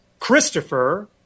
Christopher